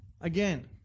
Again